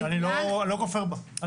אני לא כופר בה.